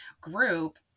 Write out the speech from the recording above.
group